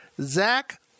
Zach